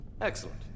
excellent